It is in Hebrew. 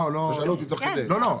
לא אנחנו.